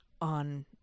on